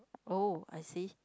oh I see